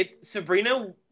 Sabrina